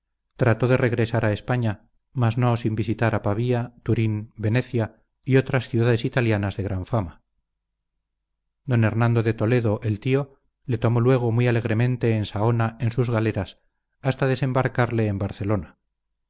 trató de regresar a españa mas no sin visitar a pavía turín venecia y otras ciudades italianas de gran fama d hernando de toledo el tío le tomó luego muy alegremente en saona en sus galeras hasta desembarcarle en barcelona